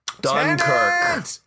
Dunkirk